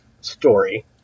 story